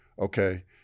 okay